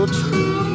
true